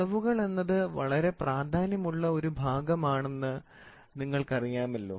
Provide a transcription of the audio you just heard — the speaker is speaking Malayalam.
അളവുകൾ എന്നത് വളരെ പ്രാധാന്യം ഉള്ള ഒരു ഭാഗമാണ് എന്ന് നിങ്ങൾക്ക് അറിയാമല്ലോ